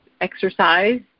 exercise